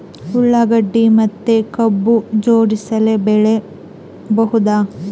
ಉಳ್ಳಾಗಡ್ಡಿ ಮತ್ತೆ ಕಬ್ಬು ಜೋಡಿಲೆ ಬೆಳಿ ಬಹುದಾ?